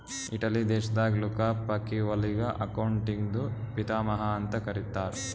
Italy ದೇಶದಾಗ್ Luca ಪಕಿಒಲಿಗ ಅಕೌಂಟಿಂಗ್ದು ಪಿತಾಮಹಾ ಅಂತ್ ಕರಿತ್ತಾರ್